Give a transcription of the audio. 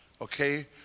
okay